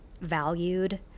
valued